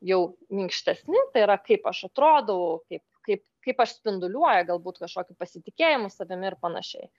jau minkštesni tai yra kaip aš atrodau kaip kaip kaip aš spinduliuoju galbūt kažkokį pasitikėjimą savimi ir panašiai